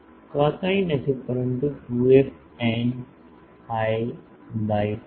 તો આ કંઈ નથી પરંતુ 2f tan phi by 4